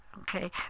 Okay